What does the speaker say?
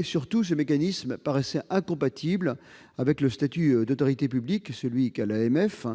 Surtout, ce mécanisme paraissait incompatible avec le statut d'autorité publique indépendante de l'AMF,